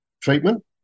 treatment